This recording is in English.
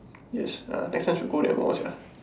yes err next time should go that mall sia